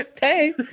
hey